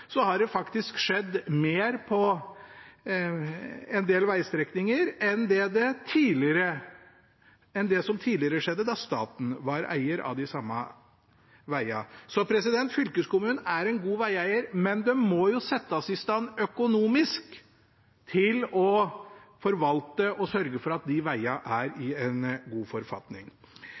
Så fylkeskommunene er gode vegeiere, men de må jo settes i stand økonomisk til å forvalte og sørge for at vegene er i en god forfatning.